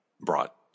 brought